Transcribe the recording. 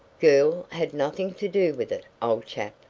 girl had nothing to do with it, old chap,